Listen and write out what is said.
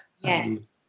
Yes